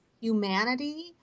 Humanity